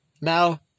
Now